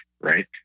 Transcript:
Right